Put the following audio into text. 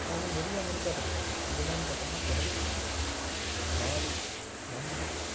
அந்த மாதிரி நிறையா மெனு கார்ட் இருக்கும் அது என்னென்னு பார்த்தோம்னா குடல் இறால் நண்டு